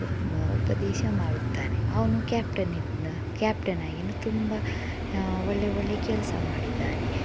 ಉಪ ಉಪದೇಶ ಮಾಡುತ್ತಾನೆ ಅವನು ಕ್ಯಾಪ್ಟನ್ ಇದನ್ನ ಕ್ಯಾಪ್ಟನ್ನಾಗಿನೂ ತುಂಬ ಒಳ್ಳೆಯ ಒಳ್ಳೆಯ ಕೆಲಸ ಮಾಡಿದ್ದಾನೆ